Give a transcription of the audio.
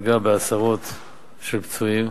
ויש עשרות פצועים.